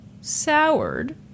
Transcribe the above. soured